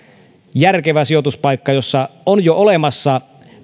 järkevä sijoituspaikka jossa on jo olemassa